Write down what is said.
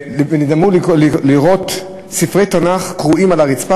ונדהמו לראות ספרי תנ"ך קרועים על הרצפה